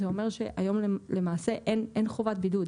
וזה אומר שהיום למעשה אין חובת בידוד,